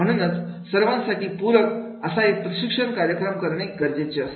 म्हणूनच सर्वांसाठी पूरक असा एक प्रशिक्षण कार्यक्रम करणे गरजेचे असते